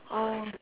oh